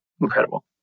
incredible